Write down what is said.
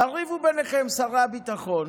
תריבו ביניכם, שרי הביטחון.